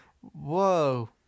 whoa